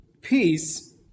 peace